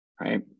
right